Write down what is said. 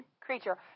creature